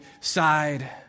side